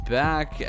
back